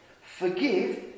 forgive